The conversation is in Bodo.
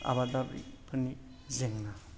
आबादारिफोरनि जेंना